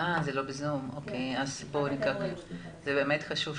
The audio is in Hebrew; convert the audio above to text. זה איך מצילים מקומות